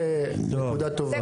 זה נקודה טובה,